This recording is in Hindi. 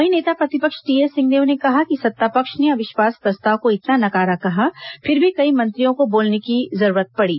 वहीं नेता प्रतिपक्ष टीएस सिंहदेव ने कहा कि सत्तापक्ष ने अविश्वास प्रस्ताव को इतना नकारा कहा फिर भी कई मंत्रियों को बोलने की जरूरत पड़ी